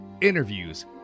interviews